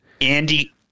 Andy